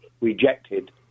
rejected